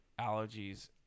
allergies